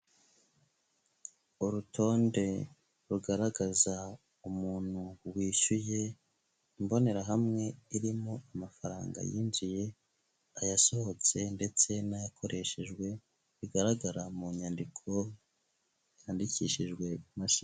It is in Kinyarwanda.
Urutonde rugaragaza umuntu wishyuye, imbonerahamwe irimo amafaranga yinjiye, ayasohotse ndetse n'ayakoreshejwe, bigaragara mu nyandiko yandikishijwe imashini.